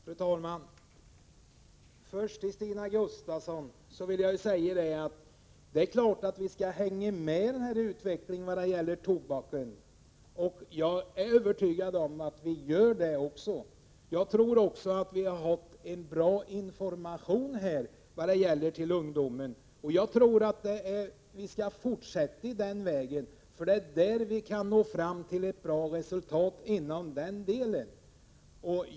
Fru talman! Till Stina Gustavsson vill jag först säga att det är klart att vi skall hänga med i utvecklingen vad gäller tobaken. Jag är övertygad om att vi också gör det. Jag tror att vi får ut en bra information till ungdomen, och jag tror att vi kommer att fortsätta på den vägen, för det är så vi kan nå fram till ett bra resultat.